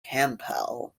campbell